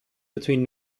between